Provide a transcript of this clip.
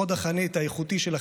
חוד החנית האיכותי של החברה,